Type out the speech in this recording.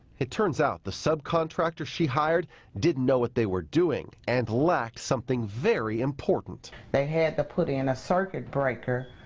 turns out the subcontractor she hired didn't know what they were doing and lacked something very important. they had to put in a circuit breaker,